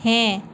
হ্যাঁ